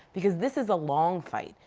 because this is a long fight.